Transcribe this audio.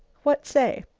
what say?